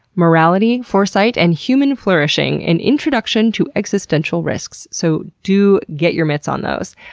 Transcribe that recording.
morality, foresight and human flourishing an introduction to existential risks. so, do get your mitts on those.